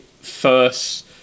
first